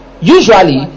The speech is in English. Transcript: usually